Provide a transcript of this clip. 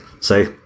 Say